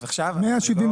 אז עכשיו --- 176.